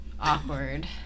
Awkward